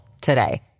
today